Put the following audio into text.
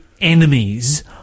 enemies